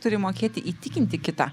turi mokėti įtikinti kitą